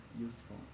useful